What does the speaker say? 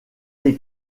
les